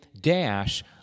Dash